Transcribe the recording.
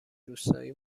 روستایی